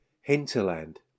hinterland